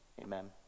Amen